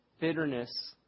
bitterness